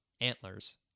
Antlers